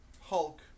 Hulk